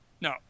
No